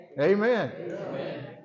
Amen